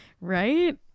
Right